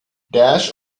dash